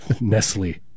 Nestle